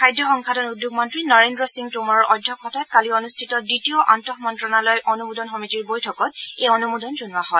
খাদ্য সংশাধন উদ্যোগ মন্ত্ৰী নৰেন্দ্ৰ সিং টোমৰৰ অধ্যক্ষতাত কালি অনুষ্ঠিত দ্বিতীয় আন্তঃ মন্ত্ৰণালয় অনুমোদন সমিতিৰ বৈঠকত এই অনুমোদন জনোৱা হয়